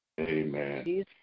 Amen